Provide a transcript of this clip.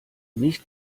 nicht